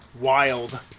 wild